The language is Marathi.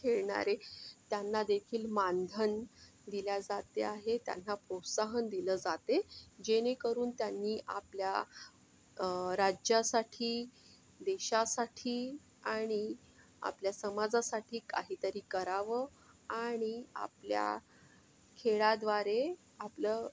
खेळणारे त्यांनादेखील मानधन दिलं जाते आहे त्यांना प्रोत्साहन दिलं जाते जेणेकरून त्यांनी आपल्या राज्यासाठी देशासाठी आणि आपल्या समाजासाठी काहीतरी करावं आणि आपल्या खेळाद्वारे आपलं